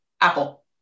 Apple